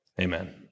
Amen